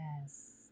Yes